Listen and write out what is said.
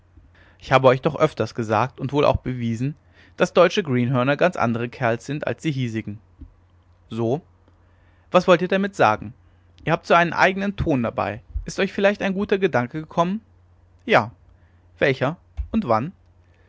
ich habe euch doch öfters gesagt und wohl auch bewiesen daß deutsche greenhörner ganz andere kerls sind als die hiesigen so was wollt ihr damit sagen ihr habt so einen eigenen ton dabei ist euch vielleicht ein guter gedanke gekommen ja welcher und wann